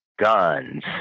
guns